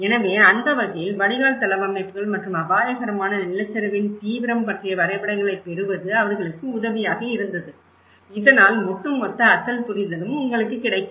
எனவே அந்த வகையில் வடிகால் தளவமைப்புகள் மற்றும் அபாயகரமான நிலச்சரிவின் தீவிரம் பற்றிய வரைபடங்களைப் பெறுவது அவர்களுக்கு உதவியாக இருந்தது இதனால் ஒட்டுமொத்த அசல் புரிதலும் உங்களுக்குக் கிடைக்கும்